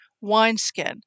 wineskin